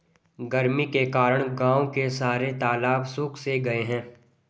गर्मी के कारण गांव के सारे तालाब सुख से गए हैं